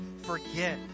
forget